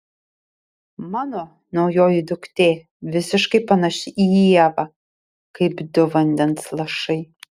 mano naujoji duktė visiškai panaši į ievą kaip du vandens lašai